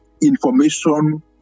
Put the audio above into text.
information